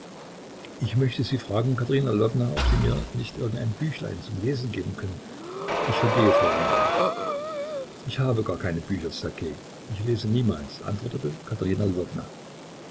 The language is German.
ich möchte sie fragen katerina lwowna ob sie mir nicht irgendein büchlein zum lesen geben können ich vergehe vor langweile ich habe gar keine bücher ssergej ich lese niemals antwortete katerina